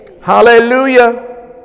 Hallelujah